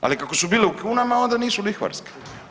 Ali kako su bile u kunama, onda nisu lihvarske.